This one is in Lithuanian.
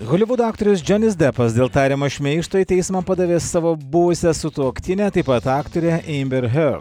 holivudo aktorius džonis depas dėl tariamo šmeižto į teismą padavė savo buvusią sutuoktinę taip pat aktorę eimber hiod